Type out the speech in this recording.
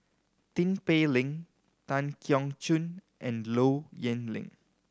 Tin Pei Ling Tan Keong Choon and Low Yen Ling